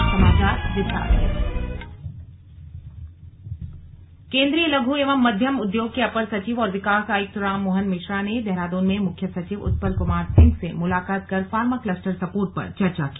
slug pharma cluster support केंद्रीय लघ् एवं मध्यम उद्योग के अपर सचिव और विकास आयुक्त राम मोहन मिश्रा ने देहरादून में मुख्य सचिव उत्पल कुमार सिंह से मुलाकात कर फार्मा क्लस्टर सपोर्ट पर चर्चा की